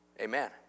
Amen